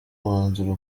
umwanzuro